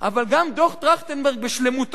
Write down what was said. אבל גם דוח-טרכטנברג בשלמותו,